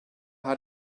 had